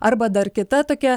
arba dar kita tokia